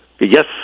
Yes